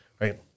Right